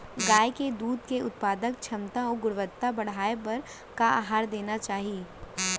गाय के दूध के उत्पादन क्षमता अऊ गुणवत्ता बढ़ाये बर का आहार देना चाही?